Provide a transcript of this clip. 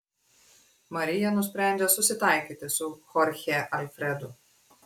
marija nusprendžia susitaikyti su chorche alfredu